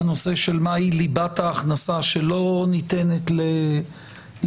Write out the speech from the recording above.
הנושא של מהי ליבת ההכנסה שלא ניתנת לעיקול,